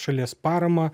šalies paramą